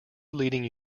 leading